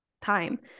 time